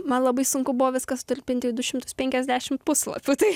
man labai sunku buvo viską sutalpinti į du šimtus penkiasdešimt puslapių tai